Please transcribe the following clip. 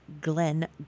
Glenn